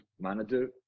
manager